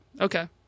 okay